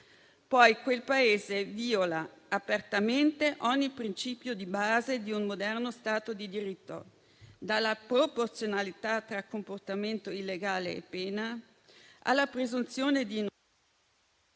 Quel Paese viola apertamente ogni principio di base di un moderno Stato di diritto, dalla proporzionalità tra comportamento illegale e pena alla presunzione di